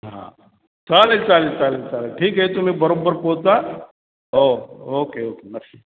हां चालेल चालेल चालेल चालेल ठीक आहे तुम्ही बरोबर पोहचा हो ओके ओके नक्की